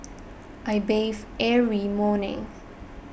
I bathe every morning